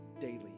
daily